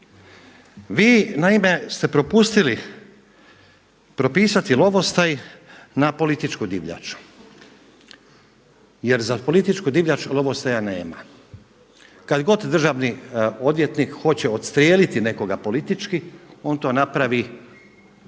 Vi naime ste propustili propustiti lovostaj na političku divljač, jer za političku divljač lovostaja nema. Kad god državni odvjetnik hoće odstrijeliti nekoga politički on to napravi